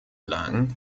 lang